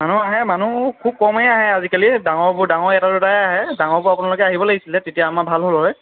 মানুহ আহে মানুহ খুব কমেই আহে আজিকালি ডাঙৰবোৰ ডাঙৰ এটা দুটাহে আহে ডাঙৰবোৰ আপোনালোকে আহিব লাগিছিলে তেতিয়া আমাৰ ভাল হ'ল হয়